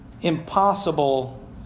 impossible